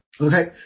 Okay